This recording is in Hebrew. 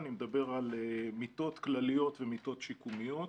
אני מדבר על מיטות כלליות ומיטות שיקומיות,